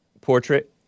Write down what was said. portrait